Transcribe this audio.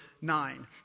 nine